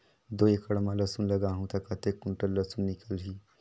दो एकड़ मां लसुन लगाहूं ता कतेक कुंटल लसुन निकल ही?